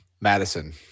Madison